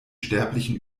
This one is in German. sterblichen